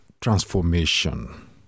transformation